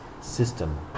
system